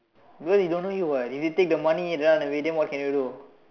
because they don't know you what if you take the money and run awake what can they do